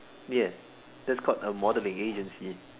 ya that's called a modelling agency